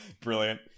Brilliant